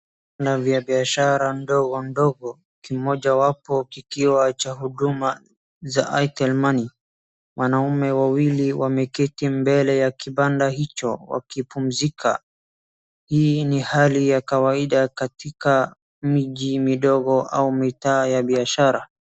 vibanda vya biashara ndogo ndogo. Kimoja wapo kikiwa cha huduma za airtel money. Wanaume wawili wameketi mbele ya kibanda hicho wakipumzika. Hii ni hali ya kawaida katika miji midogo au mitaa ya biashara.